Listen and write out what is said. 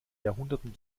jahrhunderten